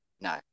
No